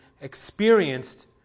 experienced